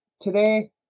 today